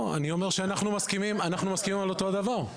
לא, אני אומר שאנחנו מסכימים על אותו דבר.